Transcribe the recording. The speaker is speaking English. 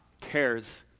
cares